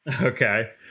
Okay